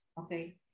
Okay